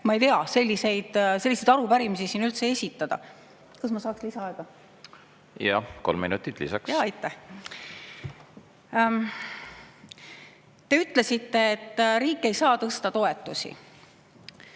ma ei tea, selliseid arupärimisi siin üldse esitada. Kas ma saaksin lisaaega? Jah, kolm minutit lisaks. Aitäh! Te ütlesite, et riik ei saa tõsta toetusi.